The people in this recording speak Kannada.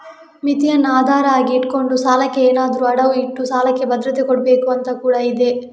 ಮಿತಿಯನ್ನ ಆಧಾರ ಆಗಿ ಇಟ್ಕೊಂಡು ಸಾಲಕ್ಕೆ ಏನಾದ್ರೂ ಅಡವು ಇಟ್ಟು ಸಾಲಕ್ಕೆ ಭದ್ರತೆ ಕೊಡ್ಬೇಕು ಅಂತ ಕೂಡಾ ಇದೆ